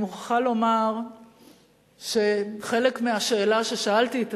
אני מוכרחה לומר שחלק מהשאלה ששאלתי את